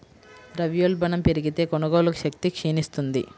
ద్రవ్యోల్బణం పెరిగితే, కొనుగోలు శక్తి క్షీణిస్తుంది